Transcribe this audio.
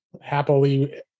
happily